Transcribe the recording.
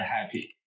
happy